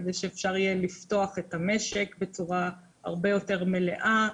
כדי שאפשר יהיה לפתוח את המשק בצורה הרבה יותר מלאה,